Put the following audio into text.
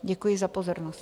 Děkuji za pozornost.